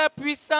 puissant